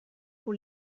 pour